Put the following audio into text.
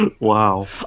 Wow